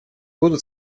будут